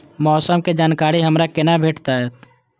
मौसम के जानकारी हमरा केना भेटैत?